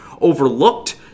overlooked